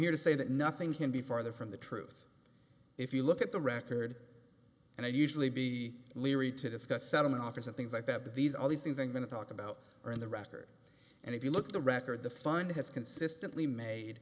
here to say that nothing can be farther from the truth if you look at the record and i usually be leery to discuss settlement offers and things like that but these are the things i'm going to talk about are in the record and if you look at the record the fund has consistently made